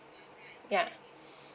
ya